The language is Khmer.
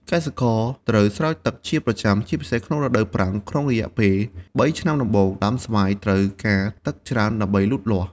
កសិករត្រូវស្រោចទឹកជាប្រចាំ ជាពិសេសក្នុងរដូវប្រាំង ក្នុងរយៈពេល ៣ ឆ្នាំដំបូង ដើមស្វាយត្រូវការទឹកច្រើនដើម្បីលូតលាស់។